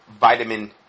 Vitamin